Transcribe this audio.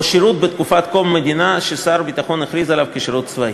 או שירות בתקופת קום המדינה ששר הביטחון הכריז עליו כשירות צבאי.